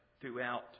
throughout